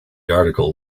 article